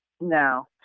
No